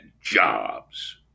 jobs